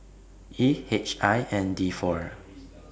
E H I N D four